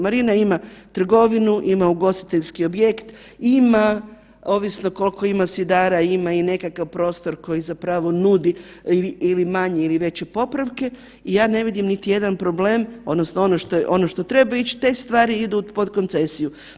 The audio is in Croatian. Marina ima trgovinu, ima ugostiteljski objekt, ima ovisno koliko ima sidara ima i nekakav prostor koji zapravo nudi ili manje ili veće popravke i ja ne vidim niti jedan problem odnosno ono što treba ići te stvari idu pod koncesiju.